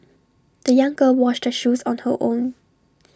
the young girl washed her shoes on her own